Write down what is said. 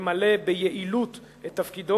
ולמלא ביעילות את תפקידו,